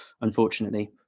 unfortunately